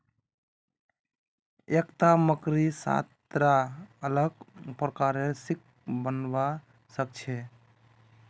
एकता मकड़ी सात रा अलग प्रकारेर सिल्क बनव्वा स ख छ